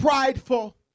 prideful